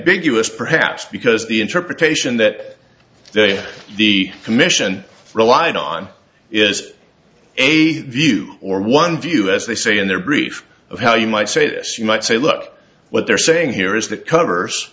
s perhaps because the interpretation that they the commission relied on is a view or one view as they say in their brief of how you might say this you might say look what they're saying here is that covers